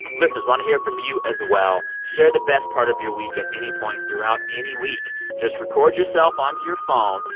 listeners, want to hear from you as well. share the best part of your week at any point throughout any week. just record yourself onto your phone,